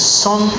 son